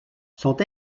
sont